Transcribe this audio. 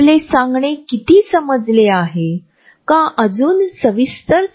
मी तुमच्या सामाजिक जागेत आहे परंतु जर मी जवळ आले तर ते थोडे विचित्र आहे कारण मी फक्त एक परिचित आहे